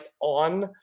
on